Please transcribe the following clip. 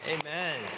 amen